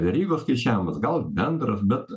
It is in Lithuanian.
verygos skaičiavimas gal bendras bet